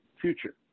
future